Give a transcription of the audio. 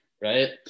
right